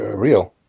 real